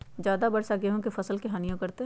ज्यादा वर्षा गेंहू के फसल के हानियों करतै?